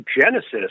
genesis